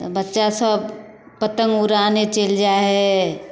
तऽ बच्चा सब पतङ्ग उड़ाने चलि जाइ हइ